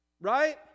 right